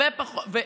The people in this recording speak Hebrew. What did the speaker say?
יורד.